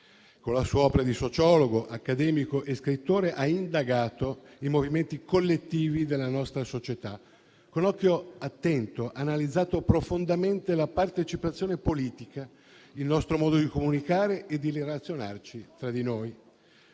Con la sua opera di sociologo, accademico e scrittore, ha indagato i movimenti collettivi della nostra società. Con occhio attento ha analizzato profondamente la partecipazione politica, il nostro modo di comunicare e di relazionarci tra di noi.